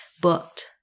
booked